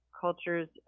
culture's